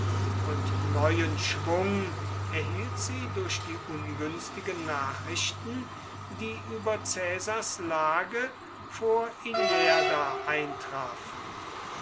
und neuen schwung erhielt sie durch die ungünstigen nachrichten die über caesars lage vor ilerda eintrafen